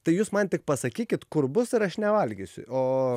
tai jūs man tik pasakykit kur bus ir aš nevalgysiu o